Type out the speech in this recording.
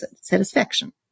satisfaction